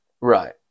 Right